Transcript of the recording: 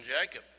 Jacob